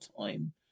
time